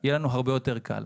יהיה לנו הרבה יותר קל.